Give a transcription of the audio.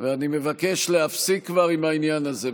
אני מבקש להפסיק כבר עם העניין הזה.